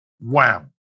wham